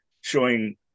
showing